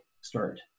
start